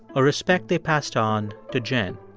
a respect they passed on to jen.